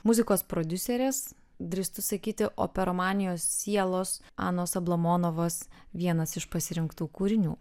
muzikos prodiuserės drįstu sakyti operomanijos sielos anos ablamonovos vienas iš pasirinktų kūrinių